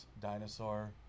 dinosaur